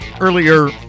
earlier